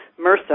MRSA